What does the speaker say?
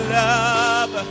love